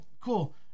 Cool